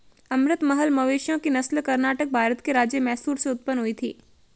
अमृत महल मवेशियों की नस्ल कर्नाटक, भारत के राज्य मैसूर से उत्पन्न हुई थी